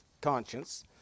conscience